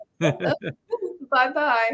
bye-bye